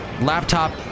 laptop